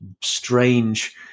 strange